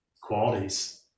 qualities